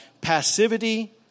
passivity